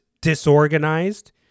disorganized